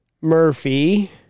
Murphy